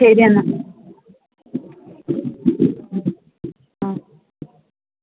ശരി എന്നാൽ ആ